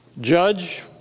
judge